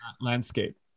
landscape